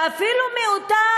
ואפילו מאותה,